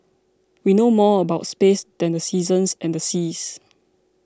we know more about space than the seasons and the seas